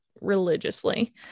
religiously